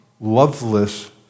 loveless